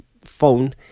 phone